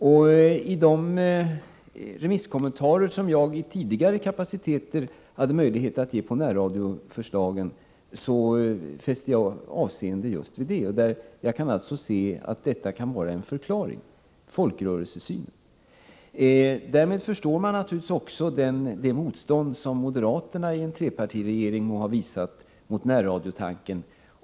Och i de remisskommentarer som jag i tidigare kapaciteter hade möjlighet att ge beträffande närradioförslagen fäste jag avseende just vid det. Jag kan alltså se detta med folkrörelsesynen som en förklaring till de skilda uppfattningarna. Med en sådan förklaring förstår man naturligtvis också det motstånd som moderaterna i en trepartiregering må ha visat mot närradiotanken.